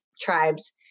tribes